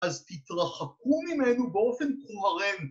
‫אז תתרחקו ממנו באופן כוהרם.